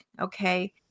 Okay